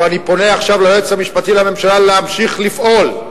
אבל אני פונה עכשיו אל היועץ המשפטי לממשלה להמשיך לפעול,